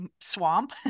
swamp